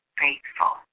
faithful